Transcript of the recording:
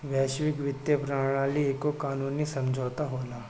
वैश्विक वित्तीय प्रणाली एगो कानूनी समुझौता होला